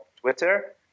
Twitter